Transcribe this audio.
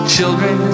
Children